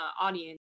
audience